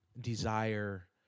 desire